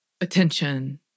Attention